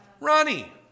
Ronnie